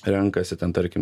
renkasi ten tarkim